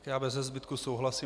Já bezezbytku souhlasím.